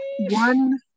one